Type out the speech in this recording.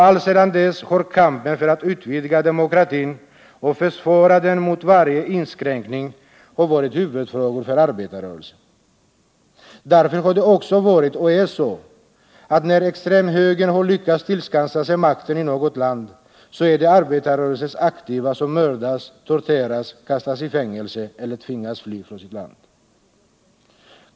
Alltsedan dess har kampen för att utvidga demokratin och för att försvara den mot varje inskränkning varit en huvudfråga för arbetarrörelsen. Därför har det också varit och är fortfarande så, att när extremhögern har lyckats tillskansa sig makten i något land, så är det arbetarrörelsens aktiva som mördas, torteras, kastas i fängelse eller tvingas fly från sitt land.